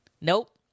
Nope